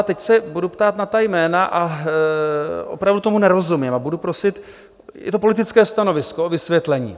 Teď se budu ptát na ta jména, a opravdu tomu nerozumím a budu prosit je to politické stanovisko o vysvětlení.